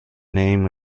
name